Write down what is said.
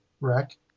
wreck